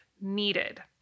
needed